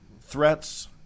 threats